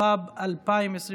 התשפ"ב 2022,